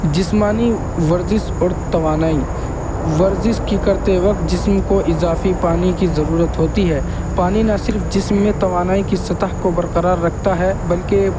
جسمانی ورزش اور توانائی ورزش کی کرتے وقت جسم کو اضافی پانی کی ضرورت ہوتی ہے پانی نہ صرف جسم میں توانائی کی سطح کو برقرار رکھتا ہے بلکہ یہ